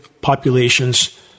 populations